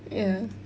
ya